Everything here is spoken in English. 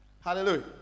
Hallelujah